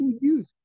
youth